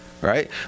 right